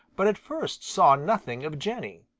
but at first saw nothing of jenny.